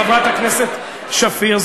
חברת הכנסת שפיר,